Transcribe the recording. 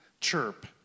chirp